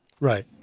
Right